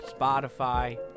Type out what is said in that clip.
Spotify